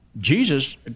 Jesus